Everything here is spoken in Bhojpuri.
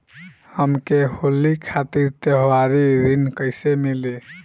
हमके होली खातिर त्योहारी ऋण कइसे मीली?